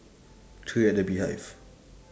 three at the beehive